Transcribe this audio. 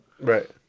Right